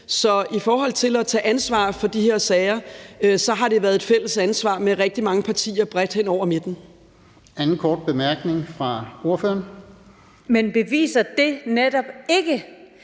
Så i forhold til at tage ansvar for de her sager har det været et fælles ansvar med rigtig mange partier bredt hen over midten. Kl. 11:12 Fjerde næstformand